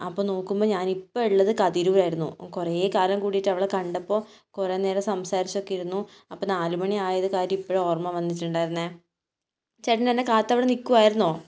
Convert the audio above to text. അപ്പം നോക്കുമ്പം ഞാൻ ഇപ്പം ഉള്ളത് കതിരൂരായിരുന്നു കുറേ കാലം കൂടിയിട്ട് അവളെ കണ്ടപ്പോൾ കുറേ നേരം സംസാരിച്ച് ഒക്കെ ഇരുന്നു അപ്പം നാല് മണിയായത് കാര്യം ഇപ്പോഴാണ് ഓർമ്മ വന്നിട്ടുണ്ടായിരുന്നത് ചേട്ടൻ എന്നെ കാത്ത് അവിടെ നിൽക്കുകയായിരുന്നോ